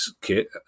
kit